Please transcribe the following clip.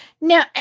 Now